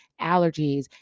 allergies